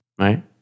Right